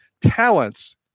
talents